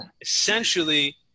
essentially